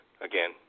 Again